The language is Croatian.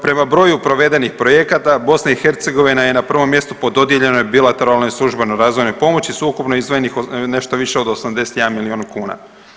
Prema broju provedenih projekata BiH je na prvom mjestu po dodijeljenoj bilateralnoj službenoj razvojnoj pomoći s ukupno izdvojenih nešto više od 81 milion kuna.